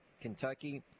Kentucky